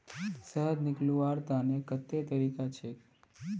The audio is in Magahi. शहद निकलव्वार तने कत्ते तरीका छेक?